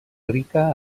rica